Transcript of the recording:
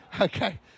Okay